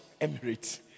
Emirates